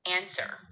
answer